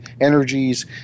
energies